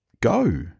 Go